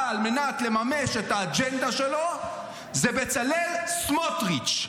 על מנת לממש את האג'נדה שלו זה בצלאל סמוטריץ'.